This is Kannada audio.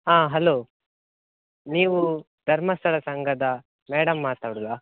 ಹಾಂ ಹಲೋ ನೀವು ಧರ್ಮಸ್ಥಳ ಸಂಘದ ಮೇಡಮ್ ಮಾತಾಡೋದಾ